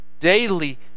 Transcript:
Daily